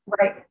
Right